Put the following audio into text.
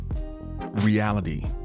Reality